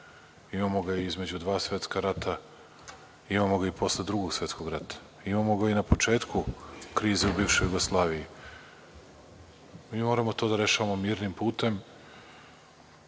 Imamo ga i između dva svetska rata, imamo ga i posle Drugog svetskog rata. Imamo ga i na početku krize u bivšoj Jugoslaviji. Mi moramo to da rešavamo mirnim putem,